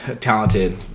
talented